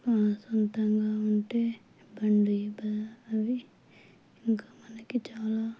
బాగా సొంతంగా ఉంటే బండి బాగా అవి ఇంకా మనకి చాలా